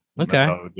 okay